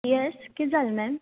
येस कित जालें मॅम